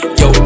yo